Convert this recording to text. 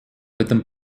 этом